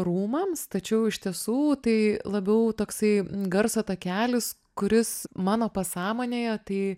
rūmams tačiau iš tiesų tai labiau toksai garso takelis kuris mano pasąmonėje tai